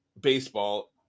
baseball